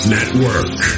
Network